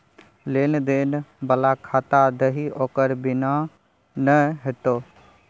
लेन देन बला खाता दही ओकर बिना नै हेतौ